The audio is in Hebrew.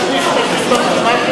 שמי שאין לו שליש נשים ברשימה שלו,